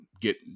get